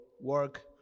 work